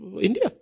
India